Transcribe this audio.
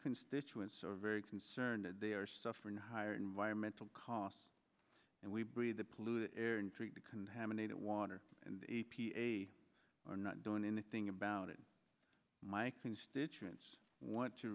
constituents are very concerned that they are suffering higher environmental costs and we breathe the polluted air and treat the contaminated water and the a p a are not doing anything about it my constituents want to